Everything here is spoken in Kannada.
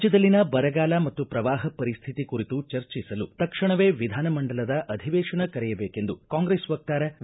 ರಾಜ್ಯದಲ್ಲಿನ ಬರಗಾಲ ಮತ್ತು ಪ್ರವಾಹ ಪರಿಸ್ಥಿತಿ ಕುರಿತು ಚರ್ಚಿಸಲು ತಕ್ಷಣವೇ ವಿಧಾನಮಂಡಲದ ಅಧಿವೇಶನ ಕರೆಯಬೇಕೆಂದು ಕಾಂಗ್ರೆಸ್ ವಕ್ತಾರ ವಿ